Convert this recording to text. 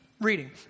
reading